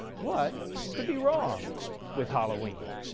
what could be wrong with halloween?